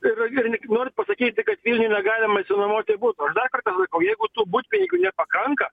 ir ir norit pasakyti kad vilniuj negalima išsinuomoti buto aš dar kartą sakau jeigu tų butpinigių nepakanka